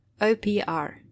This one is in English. OPR